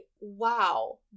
wow